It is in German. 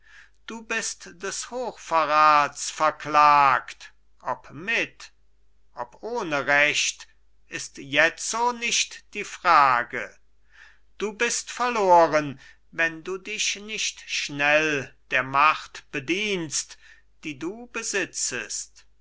du bist des hochverrats verklagt ob mit ob ohne recht ist jetzo nicht die frage du bist verloren wenn du dich nicht schnell der macht bedienst die du besitzest